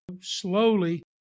slowly